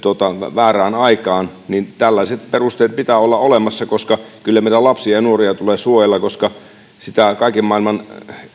väärään aikaan ja tällaisten perusteiden pitää olla olemassa kyllä meidän lapsia ja nuoria tulee suojella koska sitä kaiken maailman